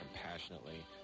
compassionately